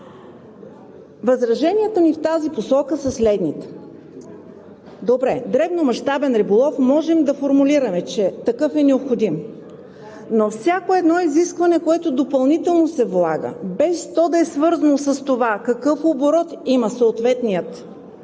Възраженията ми в тази посока са следните. Добре, дребномащабен риболов – можем да формулираме, че такъв е необходим, но всяко едно изискване, което допълнително се влага, без то да е свързано с това какъв оборот има съответното